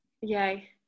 yay